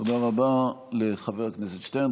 תודה רבה לחבר הכנסת שטרן.